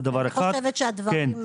אני חושבת שהדברים ברורים.